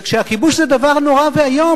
וכשהכיבוש זה דבר נורא ואיום,